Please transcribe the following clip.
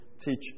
teach